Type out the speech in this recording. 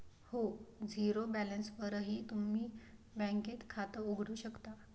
हो, झिरो बॅलन्सवरही तुम्ही बँकेत खातं उघडू शकता